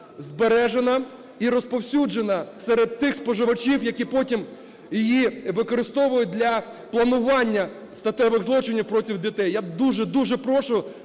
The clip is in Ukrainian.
збережена і розповсюджена серед тих споживачів, які потім її використовують для планування статевих злочинів проти дітей. Я дуже-дуже прошу